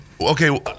Okay